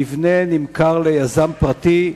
המבנה נמכר ליזם פרטי,